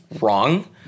wrong